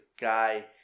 guy